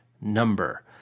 number